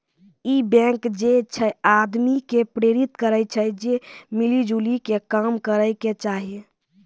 इ बैंक जे छे आदमी के प्रेरित करै छै जे मिली जुली के काम करै के चाहि